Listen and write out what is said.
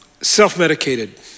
self-medicated